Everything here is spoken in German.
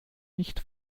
nicht